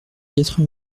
quatre